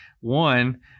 one